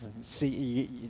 see